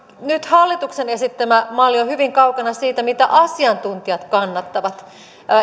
nyt hallituksen esittämä malli on hyvin kaukana siitä mitä asiantuntijat kannattavat